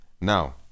now